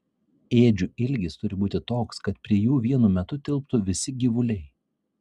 ėdžių ilgis turi būti toks kad prie jų vienu metu tilptų visi gyvuliai